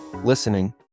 Listening